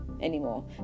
anymore